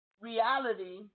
reality